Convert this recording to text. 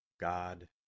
God